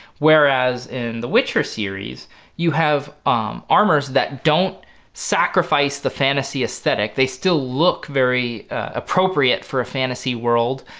whereas in the witcher series you have armors that don't sacrifice the fantasy aesthetic. they still look very appropriate for a fantasy world,